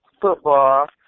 football